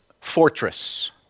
fortress